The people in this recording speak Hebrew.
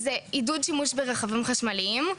עידוד שימוש ברכבים חשמליים,